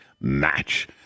match